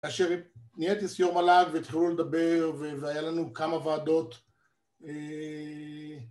כאשר נהייתי סיור מל"ג והתחילו לדבר והיה לנו כמה ועדות